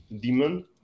demon